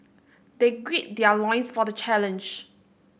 they gird their loins for the challenge